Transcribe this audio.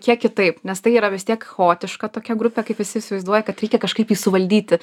kiek kitaip nes tai yra vis tiek chaotiška tokia grupė kaip visi įsivaizduoja kad reikia kažkaip jį suvaldyti